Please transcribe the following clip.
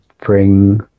bring